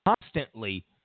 constantly